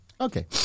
okay